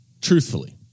truthfully